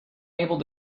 able